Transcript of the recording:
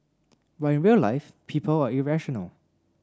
but in real life people are irrational